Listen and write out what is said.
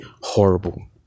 horrible